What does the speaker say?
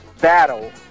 battle